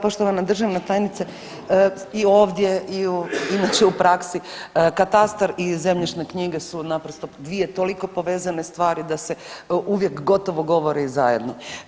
Poštovana državna tajnice, i ovdje i inače u praksi katastar i zemljišne knjige su naprosto dvije toliko povezane stvari da se uvijek gotovo govore zajedno.